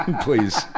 Please